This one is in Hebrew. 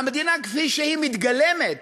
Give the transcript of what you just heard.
המדינה כפי שהיא מתגלמת